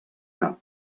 cap